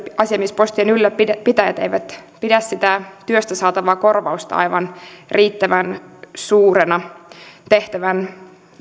asiamiespostien ylläpitäjät eivät pidä sitä työstä saatavaa korvausta riittävän suurena tehtävän